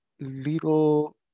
little